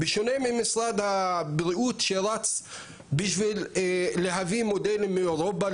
בשונה ממשרד הבריאות שרץ בשביל להביא מודלים מאירופה,